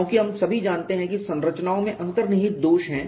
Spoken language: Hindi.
क्योंकि हम सभी जानते हैं कि संरचनाओं में अंतर्निहित दोष हैं